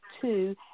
two